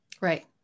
Right